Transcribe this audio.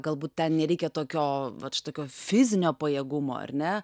galbūt ten nereikia tokio vat štokio fizinio pajėgumo ar ne